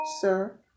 Sir